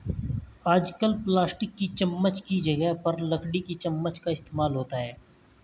आजकल प्लास्टिक की चमच्च की जगह पर लकड़ी की चमच्च का इस्तेमाल होता है